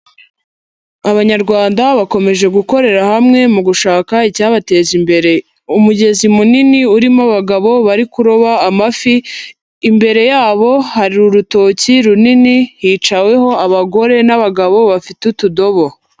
Abanyarwanda bakomeje gukorera hamwe mu gushaka icyabateza imbere. Umugezi munini urimo abagabo bari kuroba amafi, imbere yabo hari urutoki runini, hicaweho abagore n'abagabo bafite utudobo.